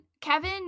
Kevin